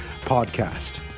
podcast